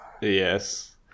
Yes